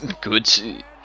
good